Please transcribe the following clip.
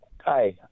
Hi